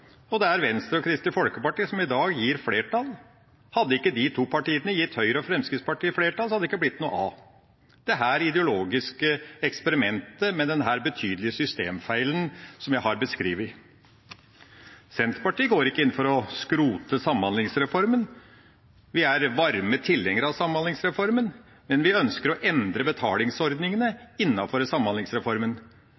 og det er Venstre og Kristelig Folkeparti som i dag gir flertall. Hadde ikke de to partiene gitt Høyre og Fremskrittspartiet flertall, hadde det ikke blitt noe av dette ideologiske eksperimentet med denne betydelige systemfeilen som jeg har beskrevet. Senterpartiet går ikke inn for å skrote Samhandlingsreformen. Vi er varmt tilhengere av Samhandlingsreformen, men vi ønsker å endre betalingsordningene innenfor Samhandlingsreformen.